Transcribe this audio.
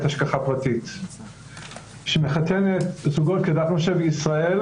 השגחה פרטית שמחתנת זוגות כדת משה וישראל,